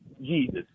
Jesus